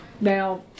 Now